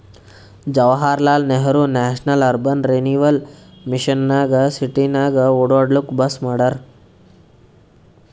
Jawaharlal Nehru national urban renewal mission ನಾಗ್ ಸಿಟಿನಾಗ್ ಒಡ್ಯಾಡ್ಲೂಕ್ ಬಸ್ ಮಾಡ್ಯಾರ್